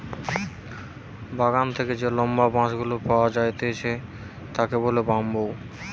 বাগান থেকে যে লম্বা বাঁশ গুলা পাওয়া যাইতেছে তাকে বলে বাম্বু